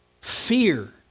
fear